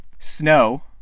Snow